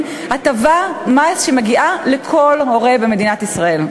הטבת מס שמגיעה לכל הורה במדינת ישראל.